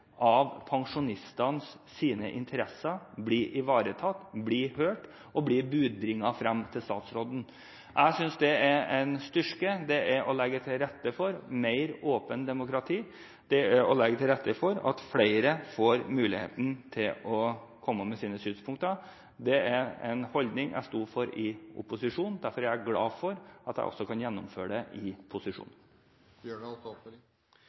av pensjonistenes interesser blir ivaretatt, hørt og brakt frem til statsråden. Jeg synes det er en styrke. Det er å legge til rette for mer åpent demokrati, det er å legge til rette for at flere får muligheten til å komme med sine synspunkter. Det er en holdning jeg sto for i opposisjon. Derfor er jeg glad for at jeg også kan gjennomføre det i